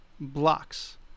blocks